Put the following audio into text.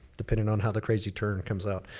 depending on how the crazy turn comes out.